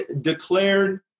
declared